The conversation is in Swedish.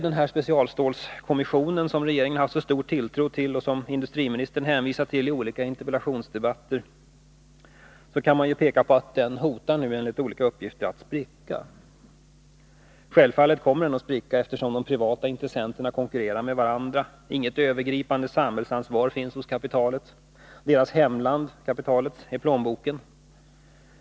Den specialstålskommission som regeringen haft så stor tilltro till och som industriministern hänvisat till i olika interpellationsdebatter hotar nu att spricka. Självfallet kommer den att spricka, eftersom de privata intressenterna konkurrerar med varandra. Inget övergripande samhällsansvar finns hos kapitalet. Dess hemland är plånboken.